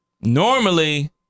normally